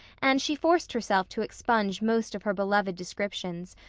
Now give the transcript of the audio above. and she forced herself to expunge most of her beloved descriptions,